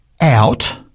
out